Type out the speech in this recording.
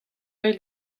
eil